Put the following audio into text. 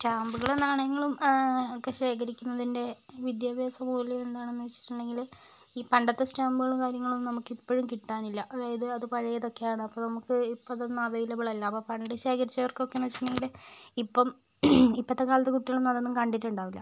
സ്റ്റാമ്പുകളും നാണയങ്ങളും ഒക്കെ ശേഖരിക്കുന്നതിൻ്റെ വിദ്യാഭ്യാസ മൂല്യം എന്താണെന്ന് വെച്ചിട്ടുണ്ടെങ്കിൽ ഈ പണ്ടത്തെ സ്റ്റാമ്പുകളും കാര്യങ്ങളൊന്നും നമുക്കിപ്പഴും കിട്ടാനില്ല അതായത് അത് പഴയതൊക്കെയാണ് അപ്പം നമുക്ക് ഇപ്പം അതൊന്നും അവൈലബിൾ അല്ല അപ്പം പണ്ട് ശേഖരിച്ചവർക്കൊക്കേന്ന് വച്ചിട്ടുണ്ടെങ്കില് ഇപ്പം ഇപ്പത്തെ കാലത്ത് കുട്ടികളൊന്നും അതൊന്നും കണ്ടിട്ടുണ്ടാവുകയില്ല